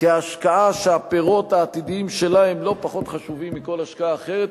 כהשקעה שהפירות העתידיים שלה הם לא פחות חשובים מכל השקעה אחרת,